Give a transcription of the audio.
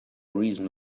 reason